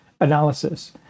analysis